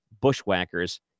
Bushwhackers